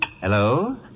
Hello